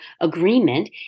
agreement